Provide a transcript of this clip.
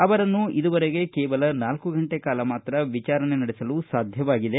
ಅವರನ್ನು ಕೇವಲ ನಾಲ್ತು ಗಂಟೆ ಕಾಲ ಮಾತ್ರ ವಿಚಾರಣೆ ನಡೆಸಲು ಸಾಧ್ಯವಾಗಿದೆ